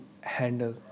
handle